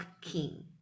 King